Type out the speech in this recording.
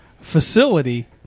facility